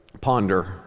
ponder